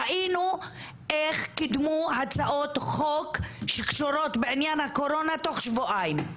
ראינו איך קידמו הצעות חוק שקשורות בעניין הקורונה תוך שבועיים.